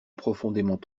profondément